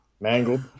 Mangled